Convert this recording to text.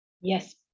Yes